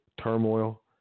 turmoil